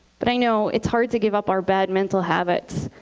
but i know it's hard to give up our bad mental habits.